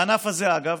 הענף הזה, אגב,